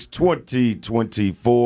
2024